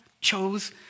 chose